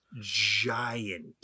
Giant